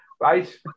Right